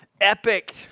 epic